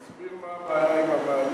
תסביר מה הבעיה עם המעלית.